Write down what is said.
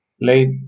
late